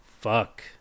fuck